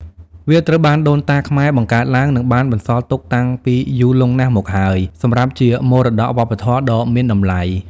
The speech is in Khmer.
វាត្រូវបានដូនតាខ្មែរបង្កើតឡើង និងបានបន្សល់ទុកតាំងពីយូរលង់ណាស់មកហើយ សម្រាប់ជាមរតកវប្បធម៌ដ៏មានតម្លៃ។